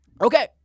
Okay